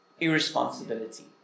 irresponsibility